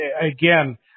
again